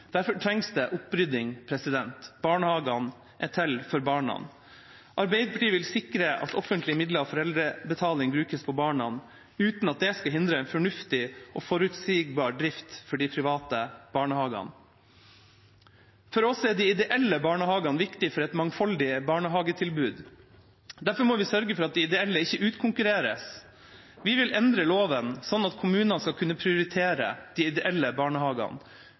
Derfor trengs det en opprydding. Barnehagene er til for barna. Arbeiderpartiet vil sikre at offentlige midler og foreldrebetaling brukes på barna, uten at det skal hindre en fornuftig og forutsigbar drift for de private barnehagene. For oss er de ideelle barnehagene viktige for et mangfoldig barnehagetilbud. Derfor må vi sørge for at de ideelle ikke utkonkurreres. Vi vil endre loven, slik at kommunene skal kunne prioritere de ideelle barnehagene.